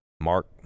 mark